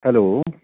hello